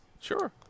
Sure